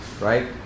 Right